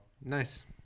Nice